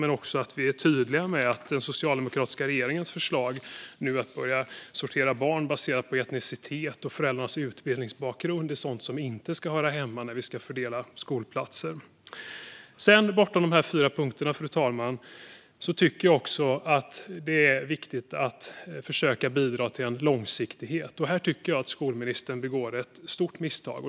Dock måste vi också vara tydliga med att den socialdemokratiska regeringens förslag att nu börja sortera barn baserat på etnicitet och föräldrarnas utbildningsbakgrund är sådant som inte hör hemma när vi ska fördela skolplatser. Bortom de här fyra punkterna, fru talman, tycker jag också att det är viktigt att försöka bidra till långsiktighet. Här tycker jag att skolministern begår ett stort misstag.